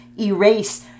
erase